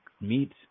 meet